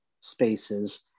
spaces